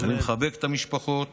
אני מחבק את המשפחות,